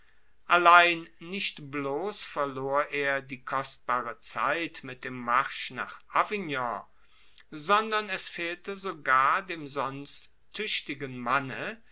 allein nicht bloss verlor er die kostbare zeit mit dem marsch nach avignon sondern es fehlte sogar dem sonst tuechtigen manne